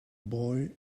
boy